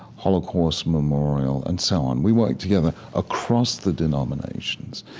holocaust memorial, and so on. we work together across the denominations,